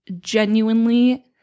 genuinely